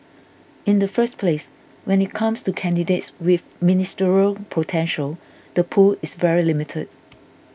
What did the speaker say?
in the first place when it comes to candidates with Ministerial potential the pool is very limited